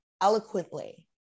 eloquently